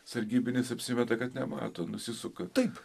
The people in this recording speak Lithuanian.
sargybinis apsimeta kad nemato nusisuka